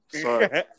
Sorry